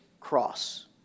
cross